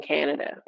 Canada